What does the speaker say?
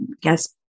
guess